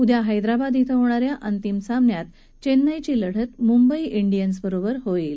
उद्या हैदराबाद श्व होणा या अंतिम सामन्यात चेन्नईची लढत मुंबई डियन्स बरोबर होणार आहे